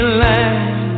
land